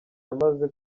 yamaze